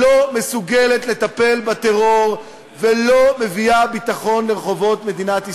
שלא מסוגלת לטפל בטרור ולא מביאה ביטחון לרחובות מדינת ישראל.